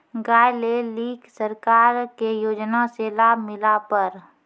गाय ले ली सरकार के योजना से लाभ मिला पर?